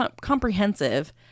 comprehensive